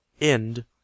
End